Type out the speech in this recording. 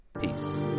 Peace